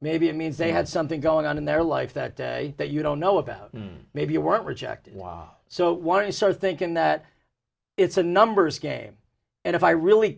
maybe it means they had something going on in their life that day that you don't know about maybe you weren't rejected so why don't you start thinking that it's a numbers game and if i really